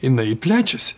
jinai plečiasi